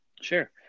Sure